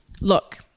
Look